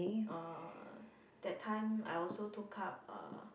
uh that time I also took up uh